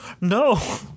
no